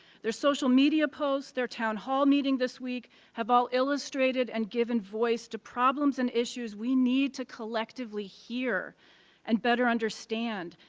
social media post, their town hall meeting this week have all illustrated and given voice to problems and issues we need to collectively here and better understand,